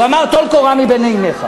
הוא אמר: טול קורה מבין עיניך,